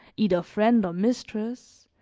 either friend or mistress,